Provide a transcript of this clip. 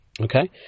okay